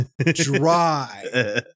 Dry